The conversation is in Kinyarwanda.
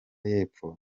y’epfo